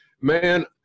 man